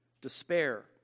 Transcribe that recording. despair